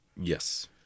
Yes